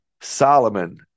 solomon